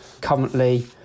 Currently